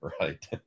right